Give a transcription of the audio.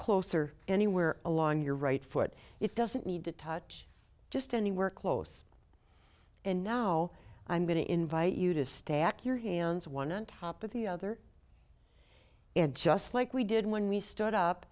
closer anywhere along your right foot it doesn't need to touch just anywhere close and now i'm going to invite you to stack your hands one on top of the other and just like we did when we stood up